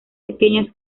pequeñas